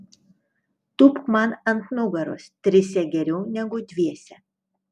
tūpk man ant nugaros trise geriau negu dviese